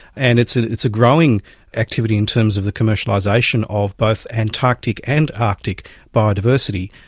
and it's it's a growing activity in terms of the commercialisation of both antarctic and arctic biodiversity.